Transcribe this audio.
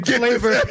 flavor